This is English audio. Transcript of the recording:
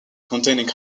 contains